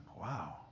Wow